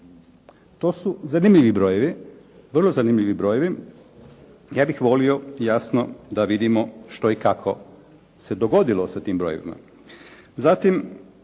To su zanimljivi brojevi, vrlo zanimljivi brojevi. Ja bih volio jasno da vidimo što i kako se dogodilo sa tim brojevima. Zatim,